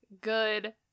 good